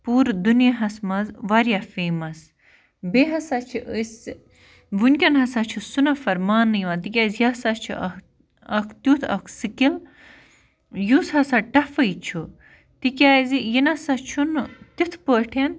پوٗرٕ دُنیاہَس منٛز واریاہ فیمَس بیٚیہِ ہسا چھِ أسۍ وُنکٮ۪ن ہسا چھُ سُہ نفر ماننہٕ یِوان تِکیٛازِ یہِ ہسا چھُ اَکھ اَکھ تٮُ۪تھ اَکھ سِکِل یُس ہسا ٹَفٕے چھُ تِکیٛازِ یہِ نسا چھُنہٕ تِتھٕ پٲٹھۍ